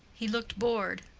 he looked bored.